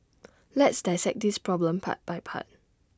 let's dissect this problem part by part